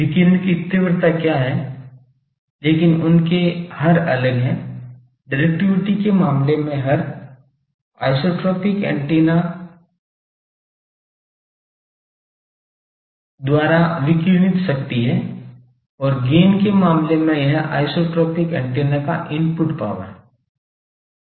विकिरण की तीव्रता क्या है लेकिन उनके हर अलग हैं डिरेक्टिविटी के मामले में हर आइसोट्रोपिक ऐन्टेना द्वारा विकिरणित शक्ति है और गैन के मामले में यह आइसोट्रोपिक ऐन्टेना का इनपुट पावर है